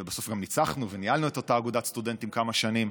ובסוף גם ניצחנו וניהלנו את אותה אגודת סטודנטים כמה שנים,